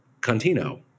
Contino